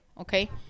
Okay